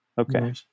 Okay